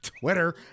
twitter